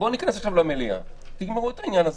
בואו ניכנס עכשיו למליאה, תגמרו את העניין הזה.